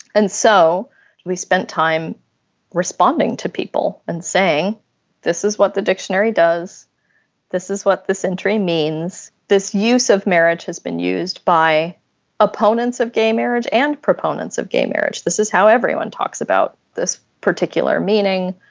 and so we spent time responding to people and saying this is what the dictionary does this is what this entry means this use of marriage has been used by opponents of gay marriage and proponents of gay marriage this is how everyone talks about this particular meaning.